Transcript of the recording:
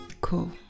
Cool